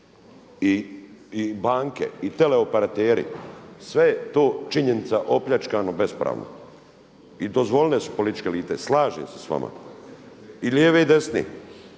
i banke i tele operateri sve je to činjenica opljačkano bespravno i dozvoljene su političke elite, slažem se s vama i lijeve i desne